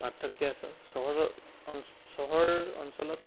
পাৰ্থক্য আছে চহৰৰ চহৰ অঞ্চলত